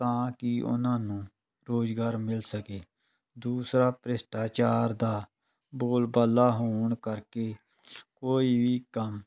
ਤਾਂ ਕਿ ਉਹਨਾਂ ਨੂੰ ਰੁਜ਼ਗਾਰ ਮਿਲ ਸਕੇ ਦੂਸਰਾ ਭ੍ਰਿਸ਼ਟਾਚਾਰ ਦਾ ਬੋਲਬਾਲਾ ਹੋਣ ਕਰਕੇ ਕੋਈ ਵੀ ਕੰਮ